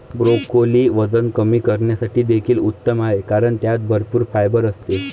broccoli वजन कमी करण्यासाठी देखील उत्तम आहे कारण त्यात भरपूर फायबर असते